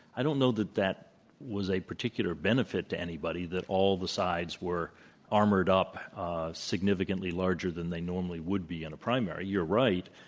i don't know that, that was a particular benefit to anybody, that all the sides were armored up significantly larger than they normally would be in a primary. you're right,